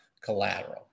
collateral